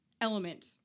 element